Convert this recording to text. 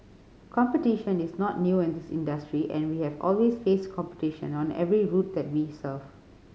competition is not new in this industry and we have always faced competition on every route that we serve